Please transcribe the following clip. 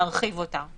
להרחיב אותה.